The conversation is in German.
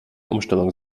umstellung